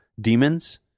demons